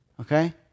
okay